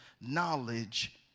knowledge